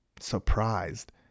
surprised